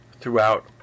throughout